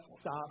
stop